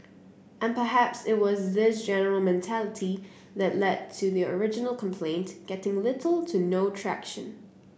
and perhaps it was this general mentality that lead to the original complaint getting little to no traction